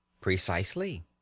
Precisely